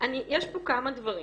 יש פה כמה דברים.